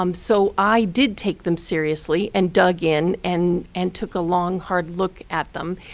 um so i did take them seriously, and dug in, and and took a long, hard look at them.